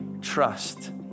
Trust